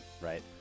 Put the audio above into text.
Right